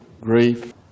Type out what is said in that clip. grief